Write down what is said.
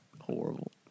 Horrible